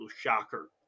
shocker